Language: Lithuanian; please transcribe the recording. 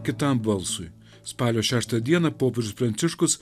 kitam balsui spalio šeštą dieną popiežius pranciškus